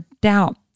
doubt